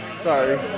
Sorry